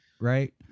right